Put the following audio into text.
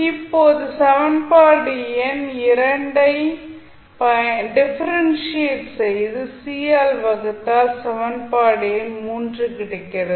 இப்போது சமன்பாடு எண் ஐ டிஃபரண்ஷியேட் செய்து C ஆல் வகுத்தால் சமன்பாடு எண் கிடைக்கிறது